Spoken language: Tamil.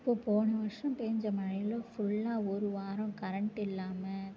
இப்போ போன வருஷம் பேஞ்ச மழையில் ஃபுல்லாக ஒரு வாரம் கரெண்ட் இல்லாமல்